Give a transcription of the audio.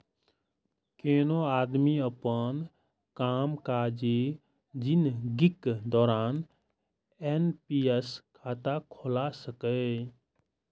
कोनो आदमी अपन कामकाजी जिनगीक दौरान एन.पी.एस खाता खोला सकैए